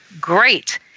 great